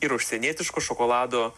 ir užsienietiško šokolado